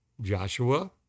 Joshua